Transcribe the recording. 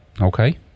Okay